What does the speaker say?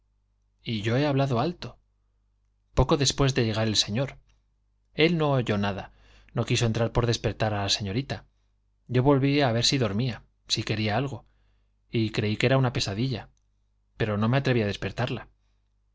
y yo he hablado alto poco después de llegar el señor él no oyó nada no quiso entrar por no despertar a la señorita yo volví a ver si dormía si quería algo y creí que era una pesadilla pero no me atreví a despertarla